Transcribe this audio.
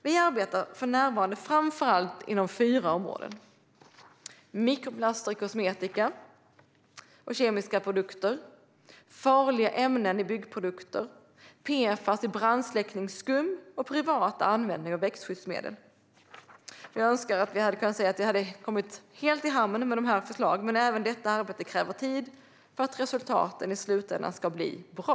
Vi arbetar för närvarande framför allt inom fyra områden: mikroplaster i kosmetiska och kemiska produkter, farliga ämnen i byggprodukter, PFAS i brandsläckningsskum och privat användning av växtskyddsmedel. Jag önskar att jag hade kunnat säga att vi hade kommit i hamn med dessa förslag. Men även detta arbete kräver tid för att resultaten i slutändan ska bli bra.